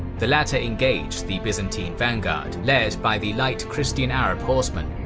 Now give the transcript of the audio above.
the latter engaged the byzantine vanguard, led by the light christian arab horsemen,